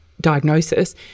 Diagnosis